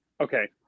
okay